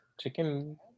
chicken